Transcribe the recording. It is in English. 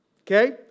Okay